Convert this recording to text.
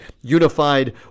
Unified